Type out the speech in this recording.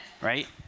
right